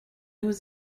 was